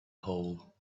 hole